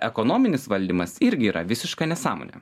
ekonominis valdymas irgi yra visiška nesąmonė